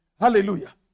Hallelujah